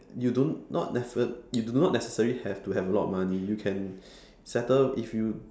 you don't not nece~ you do not necessarily have to have a lot of money you can settle if you